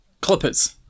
Clippers